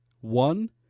One